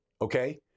okay